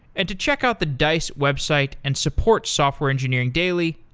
and to check out the dice website and support software engineering daily,